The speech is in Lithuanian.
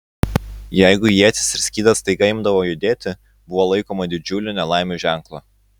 jeigu ietis ir skydas staiga imdavo judėti buvo laikoma didžiulių nelaimių ženklu